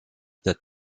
that